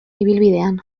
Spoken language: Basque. ibilbidean